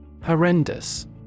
Horrendous